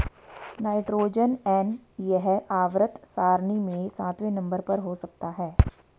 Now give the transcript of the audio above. nitrogen N यह आवर्त सारणी में सातवें नंबर पर हो सकता है